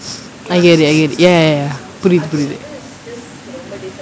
I get it I get it ya ya ya புரிது புரிது:purithu purithu